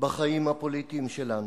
בחיים הפוליטיים שלנו: